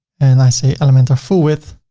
and i say elementor full width,